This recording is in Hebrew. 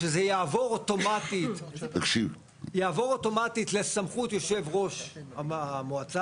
שזה יעבור אוטומטית לסמכות יושב ראש המועצה,